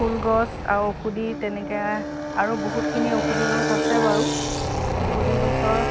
ফুলগছ আৰু ঔষধি তেনেকৈ আৰু বহুতখিনি ঔষধি গছ আছে বাৰু ঔষধি গছৰ